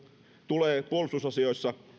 tulee puolustusasioissa